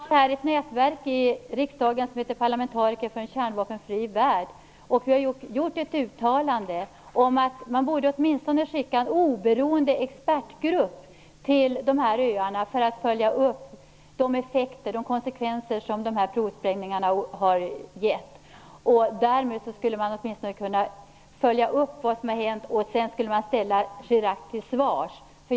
Herr talman! Vi har i riksdagen ett nätverk, Parlamentariker för en kärnvapenfri värld, och vi har därifrån gjort ett uttalande om att man åtminstone borde skicka en oberoende expertgrupp till de här öarna för att följa upp de konsekvenser som provsprängningarna har fått. Därmed skulle man åtminstone kunna följa upp vad som har hänt och sedan kunna ställa Chirac till svars.